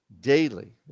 daily